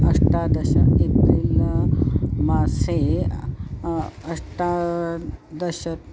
अष्टादश एप्रिल् मासे अष्टादश